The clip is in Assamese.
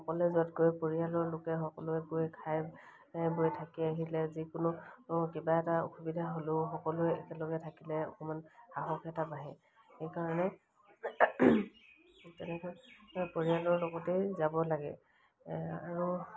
সকলোৱে য'ত গৈ পৰিয়ালৰ লোকে সকলোৱে গৈ খাই বৈ থাকি আহিলে যিকোনো কিবা এটা অসুবিধা হ'লেও সকলোৱে একেলগে থাকিলে অকণমান সাহস এটা বাঢ়ে সেইকাৰণে তেনেকৈ পৰিয়ালৰ লগতেই যাব লাগে আৰু